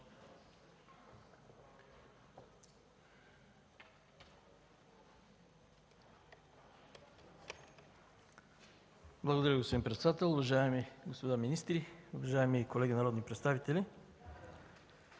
Благодаря, господин председател. Уважаеми господа министри, уважаеми колеги народни представители!